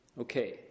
Okay